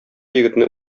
егетне